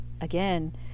again